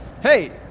Hey